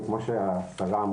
שזה אצלנו שרן ומיכל,